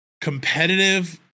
competitive